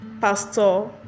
Pastor